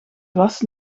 was